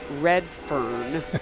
Redfern